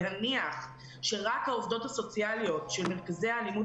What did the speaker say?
להניח שרק העובדות הסוציאליות של מרכזי האלימות